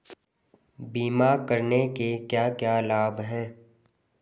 बीमा करने के क्या क्या लाभ हैं?